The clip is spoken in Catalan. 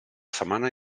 setmana